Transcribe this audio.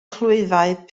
clwyfau